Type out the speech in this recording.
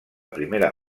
primera